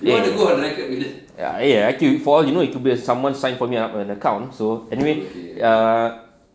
eh you fall you know it could be a someone sign for me up an account so anyway err